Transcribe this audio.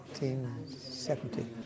1970